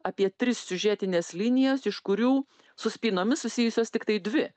apie tris siužetines linijas iš kurių su spynomis susijusios tiktai dvi